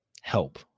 help